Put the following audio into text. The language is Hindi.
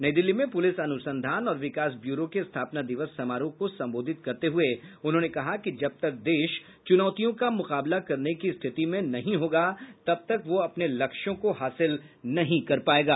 नई दिल्ली में पुलिस अनुसंधान और विकास ब्यूरो के स्थापना दिवस समारोह को संबोधित करते हुए उन्होंने कहा कि जब तक देश चूनौतियों का मुकाबला करने की स्थिति में नहीं होगा तब तक वह अपने लक्ष्यों को हासिल नहीं कर पाएगा